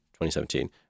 2017